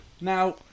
Now